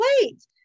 Wait